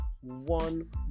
One